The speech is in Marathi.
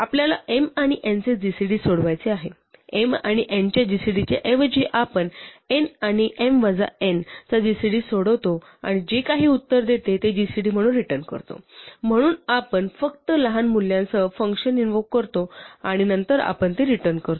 आपल्याला m आणि n चे gcd सोडवायचे आहे m आणि n च्या gcd च्या ऐवजी आपण n आणि m वजा n चा gcd सोडवतो आणि जे काही उत्तर देते ते gcd म्हणून रिटर्न करतो म्हणून आपण फक्त लहान मूल्यांसह फ़ंक्शन इनवोक करतो आणि नंतर आपण ते रिटर्न करतो